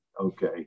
Okay